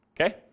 okay